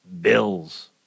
Bills